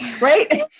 right